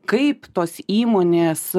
kaip tos įmonės